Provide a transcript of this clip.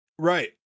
Right